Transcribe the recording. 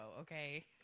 okay